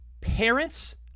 parents